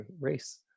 race